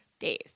days